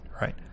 right